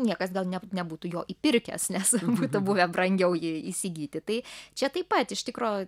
niekas gal net nebūtų jo įpirkęs nes būtų buvę brangiau jį įsigyti tai čia taip pat iš tikro